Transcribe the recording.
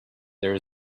there